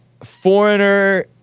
foreigner